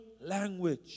language